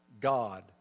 God